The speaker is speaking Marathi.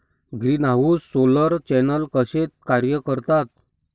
ग्रीनहाऊस सोलर चॅनेल कसे कार्य करतात?